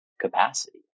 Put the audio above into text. capacity